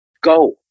Go